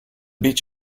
beach